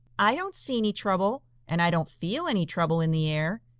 i don't see any trouble and i don't feel any trouble in the air.